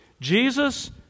Jesus